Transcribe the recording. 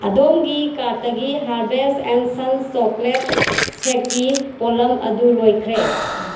ꯑꯗꯣꯝꯒꯤ ꯀꯥꯔꯠꯇꯒꯤ ꯍꯥꯔꯖꯦꯁ ꯑꯦꯟ ꯁꯟ ꯆꯣꯀ꯭ꯂꯦꯠ ꯁꯦꯛꯀꯤ ꯄꯣꯠꯂꯝ ꯑꯗꯨ ꯂꯣꯏꯈ꯭ꯔꯦ